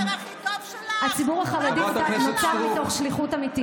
חברת הכנסת סטרוק,